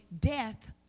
death